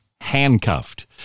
handcuffed